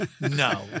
no